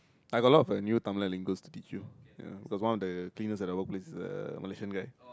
I got a lot of new Tamil linguals to teach you ya cause one of the cleaners at the workplace is a Malaysian guy